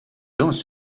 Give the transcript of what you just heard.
loans